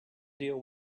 deal